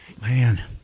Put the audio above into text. Man